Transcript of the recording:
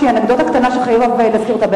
איזושהי אנקדוטה קטנה שחייבים להזכיר אותה.